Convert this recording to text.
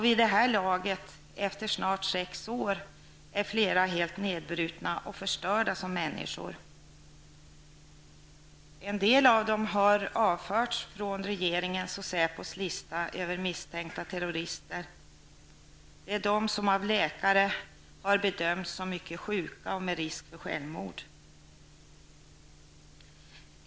Vid det här laget, efter snart sex år, är flera helt nedbrutna och förstörda som människor. En del har avförts från regeringens och SÄPOs lista över misstänkta terrorister. Det är de som av läkare har bedömts vara mycket sjuka med risk för självmord.